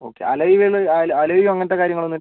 okay അലൈവികൽ അല അലോയിയും അങ്ങനത്തെ കാര്യങ്ങളൊന്നും